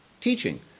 teaching